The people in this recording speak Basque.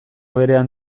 berean